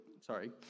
sorry